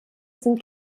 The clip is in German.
sind